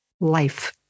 life